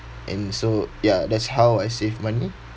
and so ya that's how I save money